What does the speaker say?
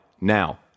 now